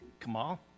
Kamal